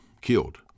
killed